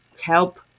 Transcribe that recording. help